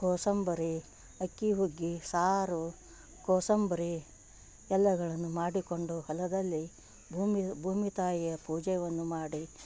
ಕೋಸಂಬರಿ ಅಕ್ಕಿ ಹುಗ್ಗಿ ಸಾರು ಕೋಸಂಬರಿ ಎಲ್ಲಗಳನ್ನು ಮಾಡಿಕೊಂಡು ಹೊಲದಲ್ಲಿ ಭೂಮಿ ಭೂಮಿ ತಾಯಿಯ ಪೂಜೆಯನ್ನು ಮಾಡಿ